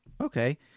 Okay